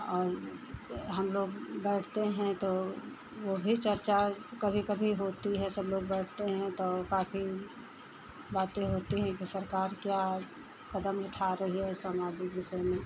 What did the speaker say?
और हमलोग बैठते हैं तो वह भी चर्चा कभी कभी होती है सब लोग बैठते हैं तो काफ़ी बातें होती हैं कि सरकार क्या कदम उठा रही है सामाजिक विषय में